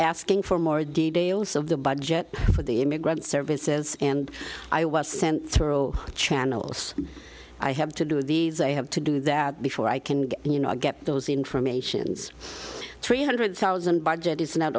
asking for more details of the budget for the immigrant services and i was sent through channels i have to do these i have to do that before i can get you know i get those informations three hundred thousand budget is not